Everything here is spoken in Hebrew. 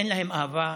אין להם אהבה,